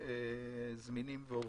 זמינים ועובדים.